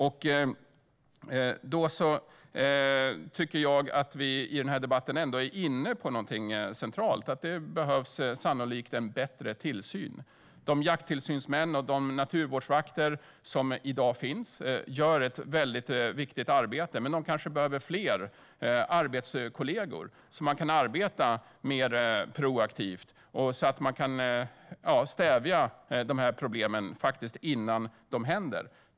Jag tycker att vi här i debatten ändå är inne på något centralt. Det behövs sannolikt en bättre tillsyn. De jakttillsynsmän och naturvårdsvakter som finns i dag gör ett väldigt viktigt arbete, men de kanske behöver fler kollegor så att de kan arbeta mer proaktivt och stävja dessa problem innan de uppstår.